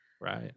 right